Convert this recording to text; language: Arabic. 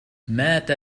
مات